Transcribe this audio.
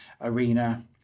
arena